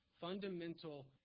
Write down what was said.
fundamental